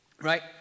right